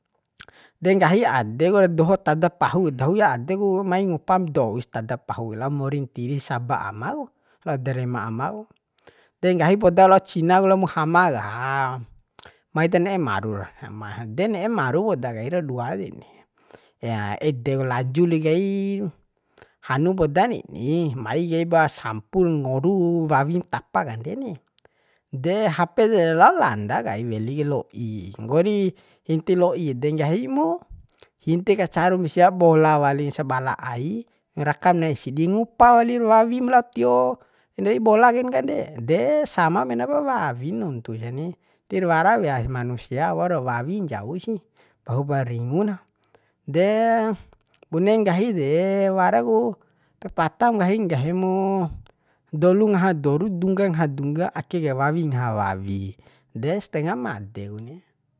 De nggahi adeku doho tada pahu dahu ja adeku mai ngupam dous tada pahuku lao mori ntiri saba ama ku lao da rema ama ku de nggahi poda lao cinak la muhama ka mai ta ne'e marur hama de ne'e maru poda kaira dua reni ede ku lanjuli kai hanu poda reni mai kaiba sampur ngoru wawim tapa kande ni de hape de lao landa kaim weli kai lo'i nggori hinti loi ede nggahi mu hinti ka carum sia bola walin sabala ai rakam nai sidi ngupa walir wawim lao tio ndei bola kain kande de sama memap wawin nuntu sani tirwara weas manusia waur wawi ncau sih pahupar ringu na de bune nggahi de wara ku patam nggahim nggahi mu doulu ngaha dolu dungga ngaha dungga ake ke wawi ngaha wawi de stengah made kuni